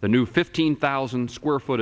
the new fifteen thousand square foot